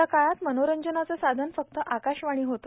ज्या काळात मनोरंजनांचं साधन फक्त आकाशवाणी होते